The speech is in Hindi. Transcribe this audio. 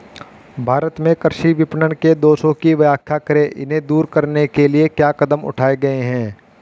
भारत में कृषि विपणन के दोषों की व्याख्या करें इन्हें दूर करने के लिए क्या कदम उठाए गए हैं?